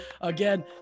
again